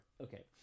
Okay